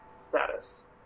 status